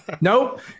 nope